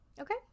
okay